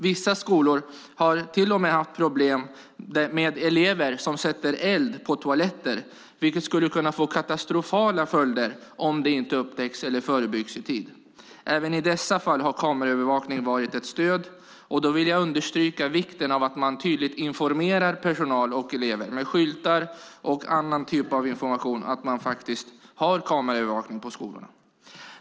Vissa skolor har problem med elever som till och med sätter eld på toaletter, vilket kan få katastrofala följder om det inte upptäcks eller förebyggs i tid. Även i dessa fall har kameraövervakning varit ett stöd. Här vill jag understryka vikten av att man tydligt genom bland annat skyltning informerar personal och elever om att det finns kameraövervakning i skolan.